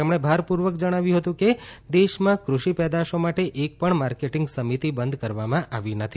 તેમણે ભારપૂર્વક જણાવ્યું હતું કે દેશમાં કૃષિ પેદાશો માટે એક પણ માર્કેટીંગ સમિતી બંધ કરવામાં આવી નથી